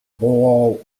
bowl